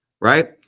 Right